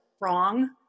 wrong